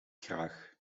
graag